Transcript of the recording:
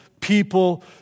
people